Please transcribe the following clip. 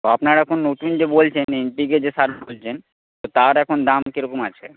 আপনার এখন নতুন যে বলছেন এনপিকে যে সার বলছেন তার এখন দাম কীরকম আছে